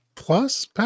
plus